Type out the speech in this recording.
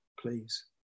please